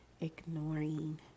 ignoring